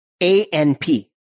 ANP